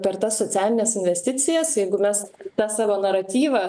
per tas socialines investicijas jeigu mes tą savo naratyvą